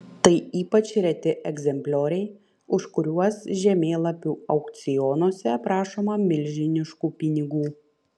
tai ypač reti egzemplioriai už kuriuos žemėlapių aukcionuose prašoma milžiniškų pinigų